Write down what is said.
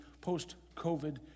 post-COVID